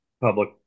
public